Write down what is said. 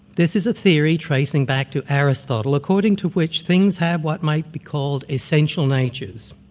this is a theory tracing back to aristotle, according to which things have what might be called essential natures.